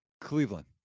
Cleveland